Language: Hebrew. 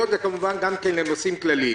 וגם בנושאים כלליים.